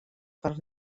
per